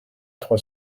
trois